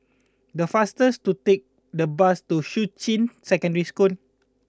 the fastest to take the bus to Shuqun Secondary School